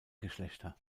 geschlechter